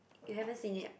you haven't seen it